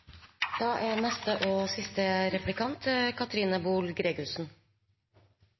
Da har representanten Katrine Boel Gregussen